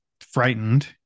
frightened